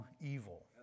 evil